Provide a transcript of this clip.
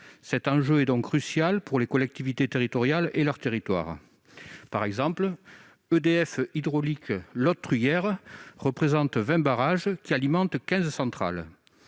Cet enjeu est donc crucial pour les collectivités territoriales et leurs territoires. Par exemple, EDF hydraulique Lot-Truyère représente 20 barrages, qui alimentent 15 centrales.